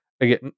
again